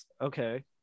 Okay